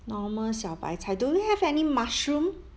normal 小白菜 do you have any mushroom